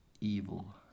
evil